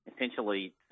essentially